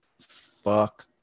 Fuck